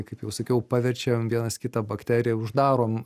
kaip jau sakiau paverčiam vienas kitą bakterija uždarom